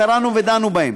קראנו ודנו בהם,